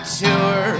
tour